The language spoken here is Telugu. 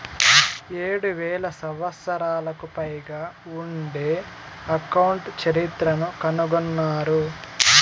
ఏడు వేల సంవత్సరాలకు పైగా ఉండే అకౌంట్ చరిత్రను కనుగొన్నారు